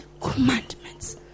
commandments